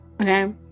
okay